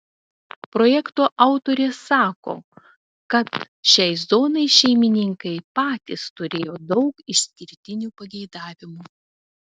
projekto autorė sako kad šiai zonai šeimininkai patys turėjo daug išskirtinių pageidavimų